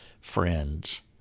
friends